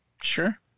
Sure